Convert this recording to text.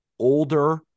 older